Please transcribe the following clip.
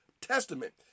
Testament